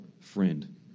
friend